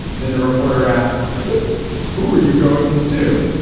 then the reporter asks but who are you going to sue.